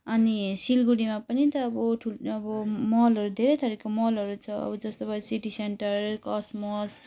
अनि सिलगढीमा पनि त अब ठुलो अब मलहरू धेरै थरीको मलहरू छ जस्तो भयो सिटी सेन्टर कसमस